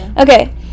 okay